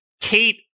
Kate